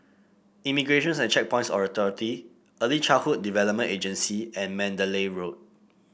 Immigration and Checkpoints Authority Early Childhood Development Agency and Mandalay Road